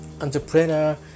entrepreneur